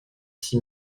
six